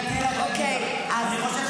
זה --- מעשים מסוכנים,